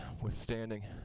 withstanding